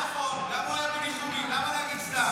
לא נכון, גם הוא היה בניחומים, למה להגיד סתם?